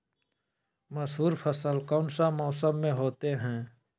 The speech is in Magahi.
मसूर फसल कौन सा मौसम में होते हैं?